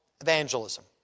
evangelism